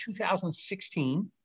2016